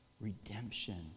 redemption